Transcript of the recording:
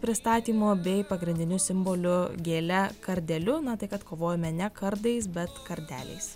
pristatymu bei pagrindiniu simboliu gėle kardeliu na tai kad kovojome ne kardais bet kardeliais